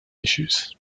issues